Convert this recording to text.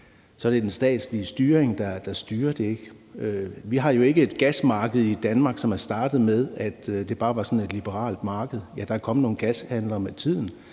sådan set den statslige styring, der styrer det. Vi har jo ikke et gasmarked i Danmark, som er startet med, at det bare var sådan et liberalt marked. Ja, der er kommet nogle gashandlere med tiden,